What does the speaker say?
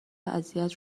اذیت